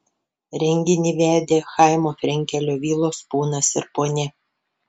renginį vedė chaimo frenkelio vilos ponas ir ponia